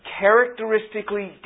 characteristically